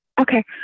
Okay